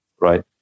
right